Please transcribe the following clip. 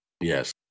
Yes